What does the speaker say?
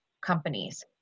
companies